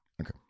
Okay